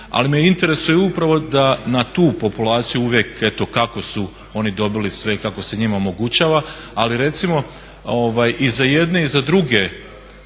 Ali me zanima da upravo na tu populaciju uvijek eto kako su oni dobili sve, kako se njima omogućava, ali recimo i za jedne i za druge